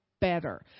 better